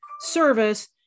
service